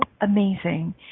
amazing